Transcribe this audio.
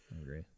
agree